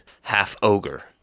half-ogre